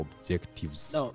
objectives